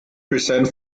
percent